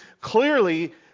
clearly